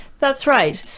that's right.